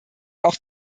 auch